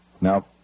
Now